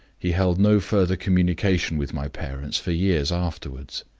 he held no further communication with my parents for years afterward.